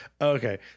Okay